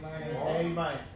Amen